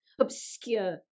obscure